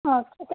okay